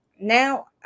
now